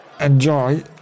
enjoy